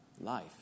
life